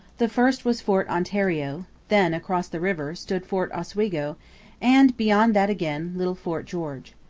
the first was fort ontario then, across the river, stood fort oswego and, beyond that again, little fort george.